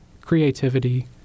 creativity